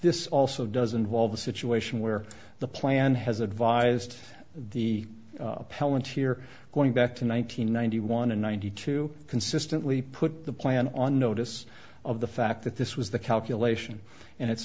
this also doesn't involve a situation where the plan has advised the appellant here going back to one nine hundred ninety one and ninety two consistently put the plan on notice of the fact that this was the calculation and it's